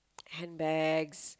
handbags